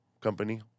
company